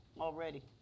already